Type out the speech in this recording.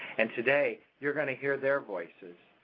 and today you're going to hear their voices.